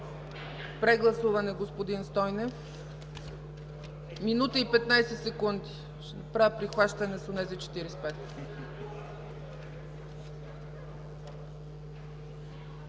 Прегласуване – господин Стойнев. Минута и 15 секунди, правя прихващане с онези 45.